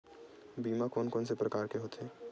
बीमा कोन कोन से प्रकार के होथे?